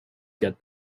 get